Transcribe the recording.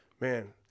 Man